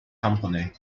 company